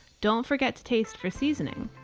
don't forget to taste for seasoning